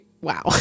wow